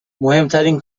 مهمترین